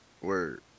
Word